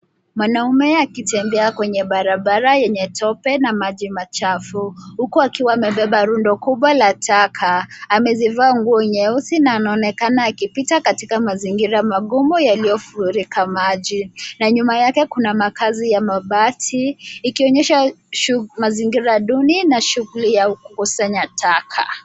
Mwanaume akitembea kwenye barabara yenye tope na maji machafu huku akiwa amebeba rundo kubwa la taka. Amezivaa nguo nyeusi na anaonekana akipita katika mazingira magumu yaliyofurika maji na nyuma yake kuna makazi ya mabati ikionyesha mazingira duni na shughuli ya kusanya taka.